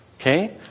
Okay